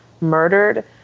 murdered